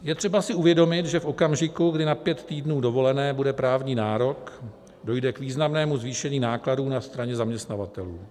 Je třeba si uvědomit, že v okamžiku, kdy na pět týdnů dovolené bude právní nárok, dojde k významnému zvýšení nákladů na straně zaměstnavatelů.